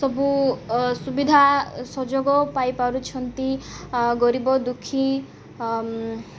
ସବୁ ସୁବିଧା ସହଯୋଗ ପାଇପାରୁଛନ୍ତି ଗରିବ ଦୁଃଖୀ